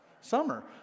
summer